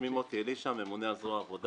שמי מוטי אלישע, ממונה על זרוע העבודה.